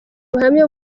ubuhamya